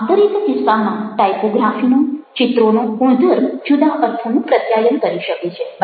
આ દરેક કિસ્સામાં ટાઇપોગ્રાફીનો ચિત્રોનો ગુણધર્મ જુદા અર્થોનું પ્રત્યાયન કરી શકે છે